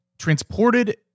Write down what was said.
transported